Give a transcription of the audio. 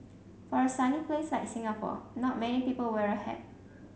for a sunny place like Singapore not many people wear a hat